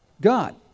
God